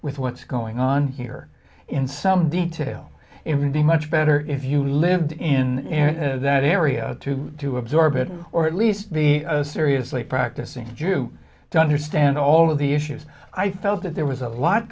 with what's going on here in some detail in the much better if you lived in that area too to absorb it or at least be a seriously practicing jew to understand all of the issues i felt that there was a lot